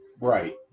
Right